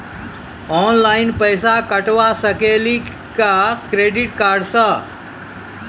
Online पैसा कटवा सकेली का क्रेडिट कार्ड सा?